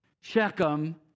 Shechem